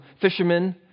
fishermen